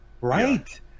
right